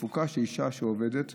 תפוקה של אישה שעובדת,